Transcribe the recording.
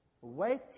Wait